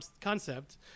concept